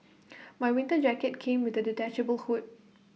my winter jacket came with A detachable hood